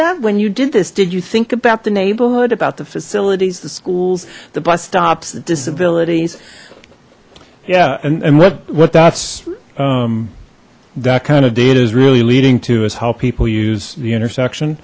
that when you did this did you think about the neighborhood about the facilities the schools the bus stops the disabilities yeah and and what what that's that kind of data is really leading to is how people use the intersection